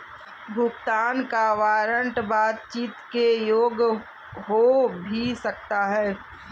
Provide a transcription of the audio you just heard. भुगतान का वारंट बातचीत के योग्य हो भी सकता है